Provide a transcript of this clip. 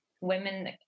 women